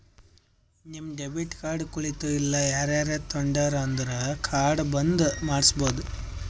ನಿಮ್ debit card ಕಳಿತು ಇಲ್ಲ ಯಾರರೇ ತೊಂಡಿರು ಅಂದುರ್ ಕಾರ್ಡ್ ಬಂದ್ ಮಾಡ್ಸಬೋದು